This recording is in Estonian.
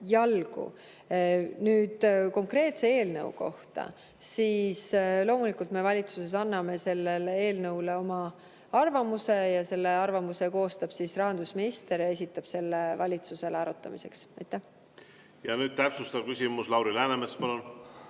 Nüüd konkreetse eelnõu kohta. Loomulikult, me valitsuses anname selle eelnõu kohta oma arvamuse. Selle arvamuse koostab rahandusminister ja esitab selle valitsusele arutamiseks. Nüüd täpsustav küsimus. Lauri Läänemets, palun!